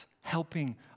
Helping